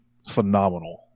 phenomenal